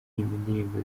indirimbo